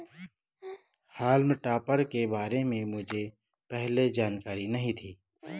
हॉल्म टॉपर के बारे में मुझे पहले जानकारी नहीं थी